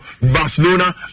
Barcelona